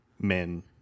men